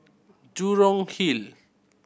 Jurong Hill